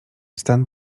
stan